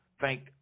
thank